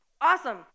Awesome